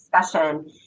discussion